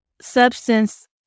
substance